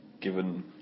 given